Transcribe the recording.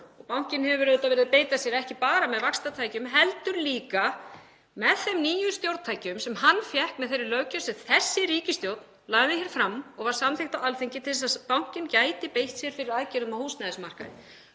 Bankinn hefur auðvitað verið að beita sér, ekki bara með vaxtatækjum heldur líka með þeim nýju stjórntækjum sem hann fékk með þeirri löggjöf sem þessi ríkisstjórn lagði fram og var samþykkt á Alþingi til þess að bankinn gæti beitt sér fyrir aðgerðum á húsnæðismarkaði.